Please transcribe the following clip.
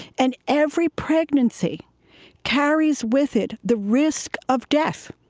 and every pregnancy carries with it the risk of death.